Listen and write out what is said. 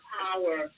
power